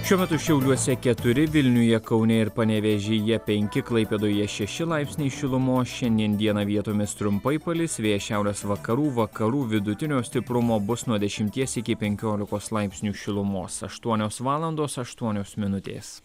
šiuo metu šiauliuose keturi vilniuje kaune ir panevėžyje penki klaipėdoje šeši laipsniai šilumos šiandien dieną vietomis trumpai palis vėjas šiaurės vakarų vakarų vidutinio stiprumo bus nuo dešimties iki penkiolikos laipsnių šilumos aštuonios valandos aštuonios minutės